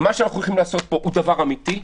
מה שאנחנו הולכים לעשות פה הוא דבר אמיתי?